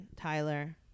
Tyler